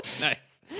Nice